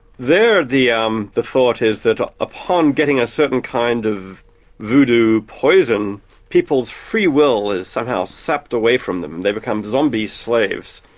there, the um the thought is that upon getting a certain kind of voodoo poison people's free will is somehow sapped away from them they become zombie slaves.